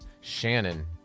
Shannon